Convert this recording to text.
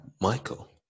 Michael